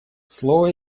слово